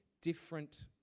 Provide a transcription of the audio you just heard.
different